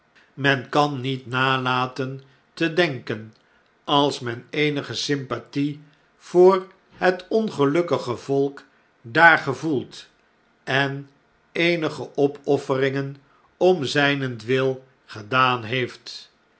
men kan niet nalaten te denken als men eenige sympathie voor het ongelukkige volk daar gevoelt en eenige opofferingen om zynentwil gedaan heeft